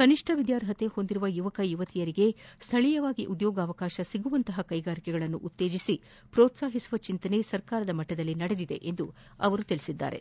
ಕನಿಷ್ಟ ವಿದ್ಯಾರ್ಹತೆಯನ್ನು ಹೊಂದಿದ ಯುವಕ ಯುವತಿಯರಿಗೆ ಸ್ಥಳೀಯವಾಗಿ ಉದ್ಯೋಗಾವಕಾಶಗಳು ಸಿಗುವಂತಹ ಕೈಗಾರಿಕೆಗಳನ್ನು ಉತ್ತೇಜಿಸಿ ಪ್ರೋತ್ಸಾಹಿಸುವ ಚಿಂತನೆ ಸರ್ಕಾರದ ಮಟ್ಟದಲ್ಲಿ ನಡೆದಿದೆ ಎಂದು ಹೇಳಿದ್ದಾರೆ